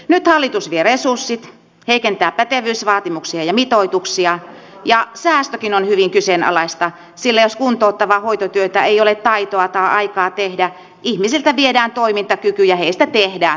nyt hallitus vie resurssit heikentää pätevyysvaatimuksia ja mitoituksia ja säästökin on hyvin kyseenalaista sillä jos kuntouttavaa hoitotyötä ei ole taitoa tai aikaa tehdä ihmisiltä viedään toimintakyky ja heistä tehdään vuodepotilaita